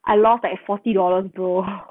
I lost like forty dollars bro